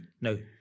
No